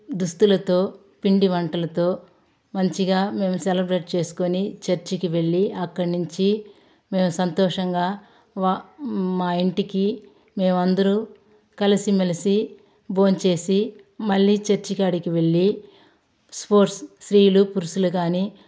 దుస్తులతో పిండి వంటలతో మంచిగా మేము సెలబ్రేట్ చేసుకొని చర్చికి వెళ్లి అక్కడి నుంచి మేము సంతోషంగా వ మా ఇంటికి మేము అందరూ కలిసిమెలిసి భోంచేసి మళ్ళీ చర్చికి కాడికి వెళ్లి స్పోర్ట్స్ స్త్రీలు పురుషులు కాని